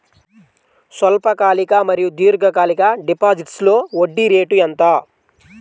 స్వల్పకాలిక మరియు దీర్ఘకాలిక డిపోజిట్స్లో వడ్డీ రేటు ఎంత?